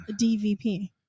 DVP